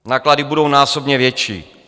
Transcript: Náklady budou násobně větší.